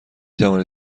توانید